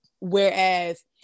Whereas